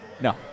No